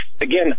again